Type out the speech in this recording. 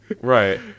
Right